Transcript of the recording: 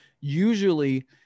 usually